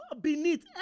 beneath